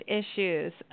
issues